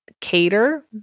Cater